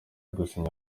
gusinya